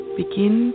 begin